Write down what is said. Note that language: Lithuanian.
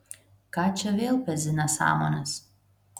ką čia vėl pezi nesąmones